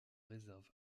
réserve